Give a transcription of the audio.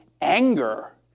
anger